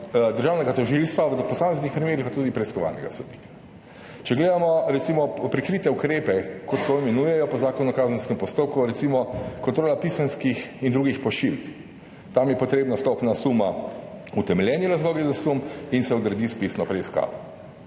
državnega tožilstva, v posameznih primerih pa tudi preiskovalnega sodnika. Če gledamo recimo prikrite ukrepe, kot se imenujejo po Zakonu o kazenskem postopku, recimo kontrola pisemskih in drugih pošiljk. Tam je potrebna stopnja suma utemeljeni razlogi za sum in se odredi s pisno odredbo